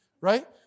right